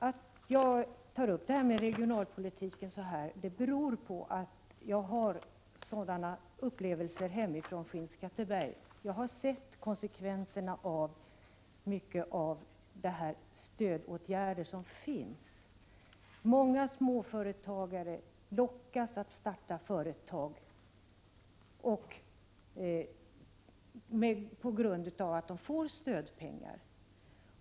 Att jag tar upp regionalpolitiken så här beror på mina upplevelser hemifrån Skinnskatteberg. Jag har sett konsekvenserna av många av de stödåtgärder som finns. Många småföretagare lockas att starta företag på grund av att de får stödpengar.